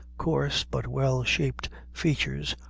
coarse, but well-shaped features,